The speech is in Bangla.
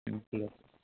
হুম ঠিক আছে